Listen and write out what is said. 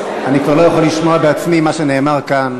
אני כבר לא יכול לשמוע את מה שנאמר כאן.